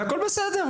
הכול בסדר.